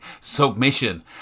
Submission